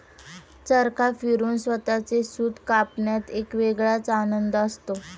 चरखा फिरवून स्वतःचे सूत कापण्यात एक वेगळाच आनंद असतो